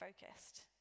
focused